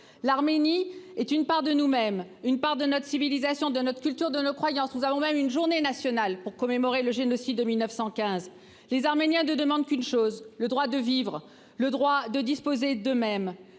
l'Arménie est une part de nous-mêmes une part de notre civilisation de notre culture de nos croyances, nous avons même une journée nationale pour commémorer le génocide de 1915 les Arméniens de demande qu'une chose : le droit de vivre le droit de disposer d'eux-même,